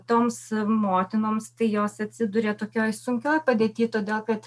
toms motinoms tai jos atsiduria tokioj sunkioj padėty todėl kad